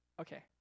Okay